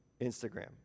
Instagram